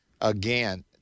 again